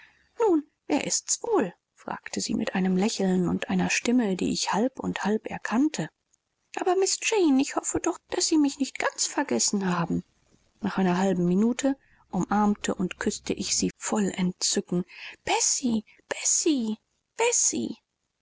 nun wer ist's wohl fragte sie mit einem lächeln und einer stimme die ich halb und halb erkannte aber miß jane ich hoffe doch daß sie mich nicht ganz vergessen haben nach einer halben minute umarmte und küßte ich sie voll entzücken